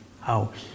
house